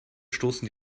stoßen